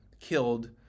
killed